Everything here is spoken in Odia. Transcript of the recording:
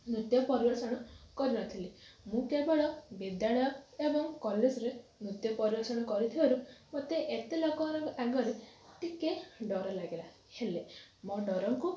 ନୃତ୍ୟ ପରିବେଷଣ କରିନଥିଲି ମୁଁ କେବଳ ବିଦ୍ୟାଳୟ ଏବଂ କଲେଜରେ ନୃତ୍ୟ ପରିବେଷଣ କରିଥିବାରୁ ମୋତେ ଏତେ ଲୋକମାନଙ୍କ ଆଗରେ ଟିକିଏ ଡର ଲାଗିଲା ହେଲେ ମୋ ଡରକୁ